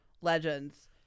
legends